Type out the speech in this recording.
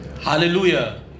Hallelujah